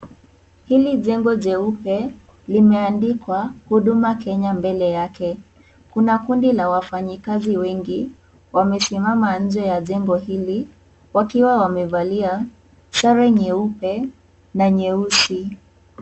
Hili jengo jeupe limeandikwa Huduma Kenya mbele yake. Kuna kundi la wafanyakazi wengi wamesimama nje ya jengo hili wakiwa wamevalia sare nyeupe na nyeusi.